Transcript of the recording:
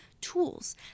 tools